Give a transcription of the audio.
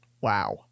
Wow